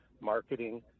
marketing